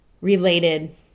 related